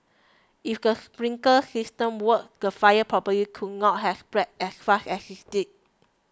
if the sprinkler system worked the fire probably could not have spread as fast as it did